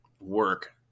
work